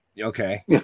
okay